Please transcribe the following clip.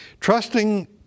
Trusting